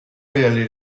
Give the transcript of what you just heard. really